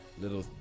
little